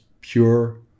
pure